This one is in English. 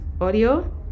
audio